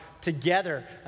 together